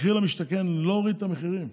מחיר למשתכן לא הוריד את המחירים